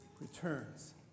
returns